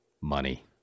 money